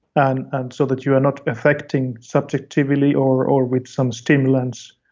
and and so that you are not infecting subjectively or or with some stimulants